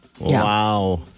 Wow